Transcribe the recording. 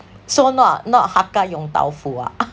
so not not hakka yong tau foo ah